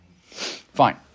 Fine